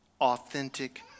Authentic